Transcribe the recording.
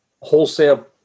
wholesale